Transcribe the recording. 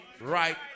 right